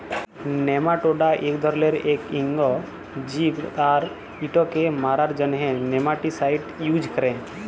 nematoda ইক ধরলের ইক লিঙ্গ জীব আর ইটকে মারার জ্যনহে নেমাটিসাইড ইউজ ক্যরে